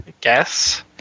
guess